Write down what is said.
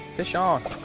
fish on.